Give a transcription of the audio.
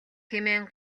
хэмээн